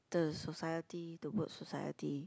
the society the work society